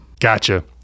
Gotcha